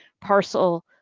parcel